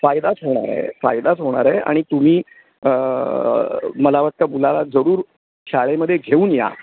फायदाच होणार आहे फायदाच होणार आहे आणि तुम्ही मला वाटतं मुलाला जरूर शाळेमध्ये घेऊन या